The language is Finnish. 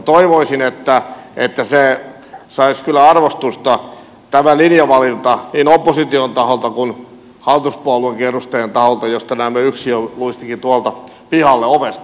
toivoisin että tämä linjavalinta saisi kyllä arvostusta niin opposition taholta kuin hallituspuolueidenkin edustajien taholta joista näemmä yksi jo luistikin tuolla ovesta pihalle